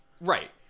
Right